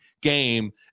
game